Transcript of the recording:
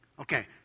Okay